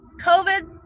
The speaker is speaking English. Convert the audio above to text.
COVID